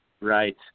right